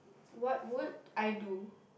what would I do